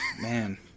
man